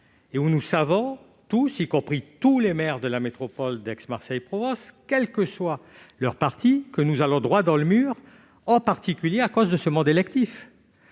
Or nous savons tous, y compris les maires de la métropole d'Aix-Marseille-Provence, quel que soit leur parti, que nous allons droit dans le mur, en particulier à cause du mode électif